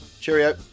Cheerio